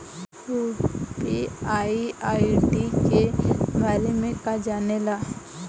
UPI ID के बारे में का जाने ल?